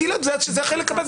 גלעד, זה החלק הבא.